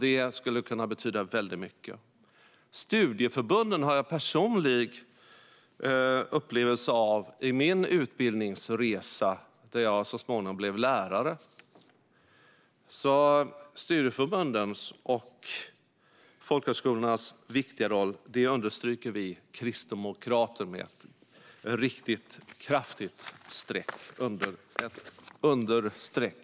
Det skulle kunna betyda väldigt mycket. Studieförbunden har jag en personlig upplevelse av i min utbildningsresa, där jag så småningom blev lärare. Studieförbundens och folkhögskolornas viktiga roll understryker vi kristdemokrater med ett riktigt kraftigt understreck.